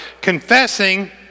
confessing